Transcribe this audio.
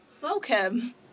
Welcome